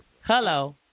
Hello